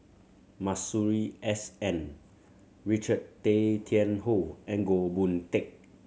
Masuri S N Richard Tay Tian Hoe and Goh Boon Teck